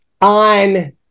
on